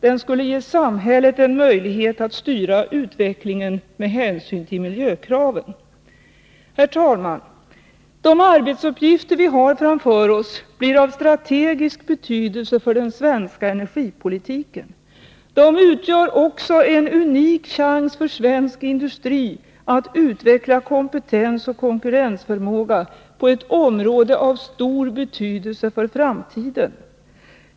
Den skulle ge samhället en möjlighet att styra utvecklingen med hänsyn till miljökraven. Herr talman! De arbetsuppgifter vi har framför oss blir av strategisk betydelse för den svenska energipolitiken. De utgör också en unik chans för svensk industri att utveckla kompetens och konkurrensförmåga på ett område av stor betydelse för framtiden.